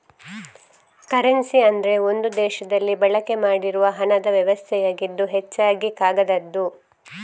currency ಅಂದ್ರೆ ಒಂದು ದೇಶದಲ್ಲಿ ಬಳಕೆ ಮಾಡ್ತಿರುವ ಹಣದ ವ್ಯವಸ್ಥೆಯಾಗಿದ್ದು ಹೆಚ್ಚಾಗಿ ಕಾಗದದ್ದು